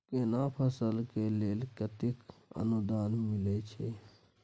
केना फसल के लेल केतेक अनुदान मिलै छै?